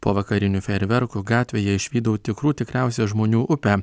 po vakarinių fejerverkų gatvėje išvydau tikrų tikriausią žmonių upę